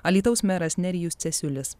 alytaus meras nerijus cesiulis